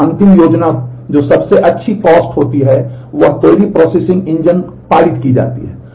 और अंत में एक इवैल्यूएशन पारित की जाती है